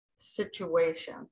situation